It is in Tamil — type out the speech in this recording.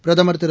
பிரதமர் திரு